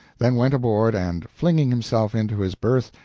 then went aboard and, flinging himself into his berth,